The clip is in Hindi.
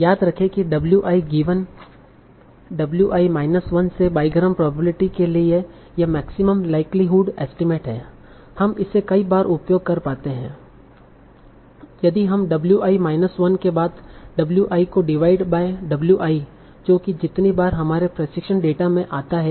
याद रखें कि w i given w i minus 1 से बाईग्राम प्रोबेबिलिटी के लिए यह मैक्सिमम लाइकलिहुड एस्टीमेट है हम इसे कई बार उपयोग कर पाते हैं यदि हम w i माइनस 1 के बाद w i को डिवाइड बाय w i जो की जितनी बार हमारे प्रशिक्षण डेटा में आता है